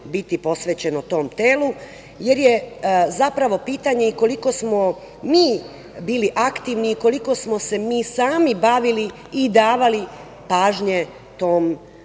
biti posvećeno tom telu, jer je zapravo pitanje i koliko smo mi bili aktivni i koliko smo se mi sami bavili i davali pažnje tom